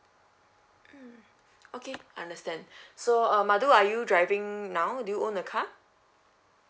mm okay understand so err madu are you driving now do you own a car